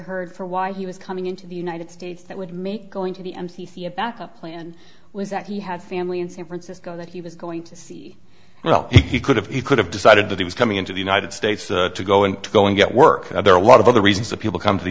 heard for why he was coming into the united states that would make going to the m c c a backup plan was that he had family in san francisco that he was going to see you know he could have he could have decided that he was coming into the united states to go and go and get work that there are a lot of other reasons that people come to the